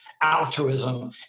altruism